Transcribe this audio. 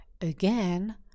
again